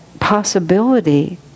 possibility